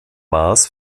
maß